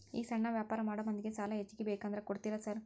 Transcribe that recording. ಈ ಸಣ್ಣ ವ್ಯಾಪಾರ ಮಾಡೋ ಮಂದಿಗೆ ಸಾಲ ಹೆಚ್ಚಿಗಿ ಬೇಕಂದ್ರ ಕೊಡ್ತೇರಾ ಸಾರ್?